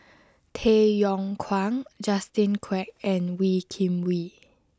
Tay Yong Kwang Justin Quek and Wee Kim Wee